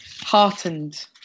heartened